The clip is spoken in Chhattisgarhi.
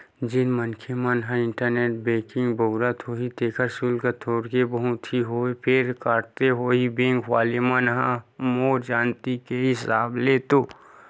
जेन मनखे मन ह इंटरनेट बेंकिग बउरत होही तेखर सुल्क थोक बहुत ही होवय फेर काटथे होही बेंक वले मन ह मोर जानती के हिसाब ले तो